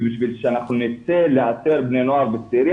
בשביל שאנחנו נצא לאתר בני נוער וצעירים,